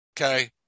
okay